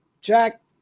Jack